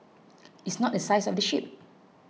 it's not the size of the ship